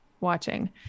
watching